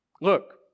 Look